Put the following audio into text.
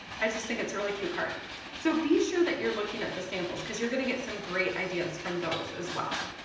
i just think it's a really cute card so be sure that you're looking at the samples because you're gonna get some great ideas from those as well.